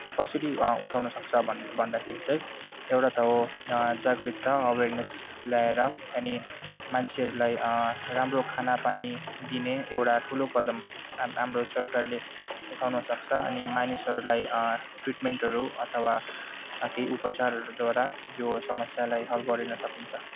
कसरी उठाउनसक्छ भनेर भन्दाखेरि चाहिँ एउटा त हो जागरुकता अवेरनेस ल्याएर अनि मान्छेहरूलाई राम्रो खाना पानी दिने एउडा ठुलो कदम हाम हाम्रो सरकारले उठाउनसक्छ अनि मानिसहरूलाई ट्रिटमेन्टहरू अथवा केही उपचारहरूद्वारा यो समस्यालाई हल गरिन सकिन्छ